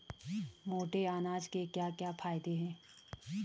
मोटे अनाज के क्या क्या फायदे हैं?